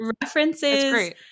references